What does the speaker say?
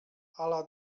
ala